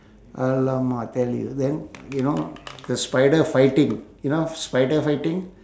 alamak tell you then you know the spider fighting you know spider fighting